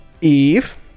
Eve